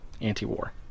anti-war